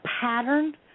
pattern